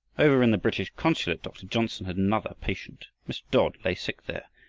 over in the british consulate dr. johnsen had another patient. mr. dodd lay sick there,